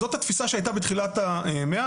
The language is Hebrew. זאת התפיסה שהייתה בתחילת המאה.